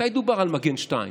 מתי דובר על מגן 2?